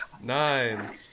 Nine